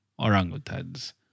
orangutans